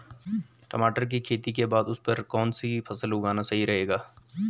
टमाटर की खेती के बाद उस भूमि पर कौन सी फसल उगाना सही रहेगा?